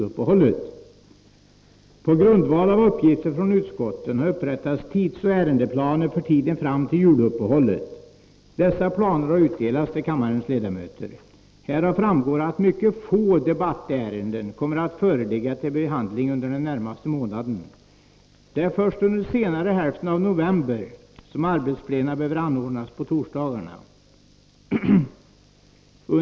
På grundval av uppgifter från utskotten har upprättats tidsoch ärendeplaner för tiden fram till juluppehållet. Dessa planer har utdelats till kammarens ledamöter. Härav framgår att mycket få debattärenden kommer att föreligga till behandling under den närmaste månaden. Det är först under senare hälften av november som arbetsplena behöver anordnas på torsdagarna.